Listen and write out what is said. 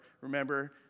remember